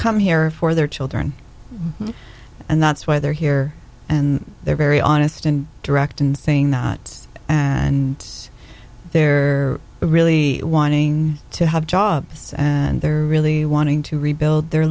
come here for their children and that's why they're here and they're very honest and direct in saying that it's and they're really wanting to have jobs and they're really wanting to rebuild their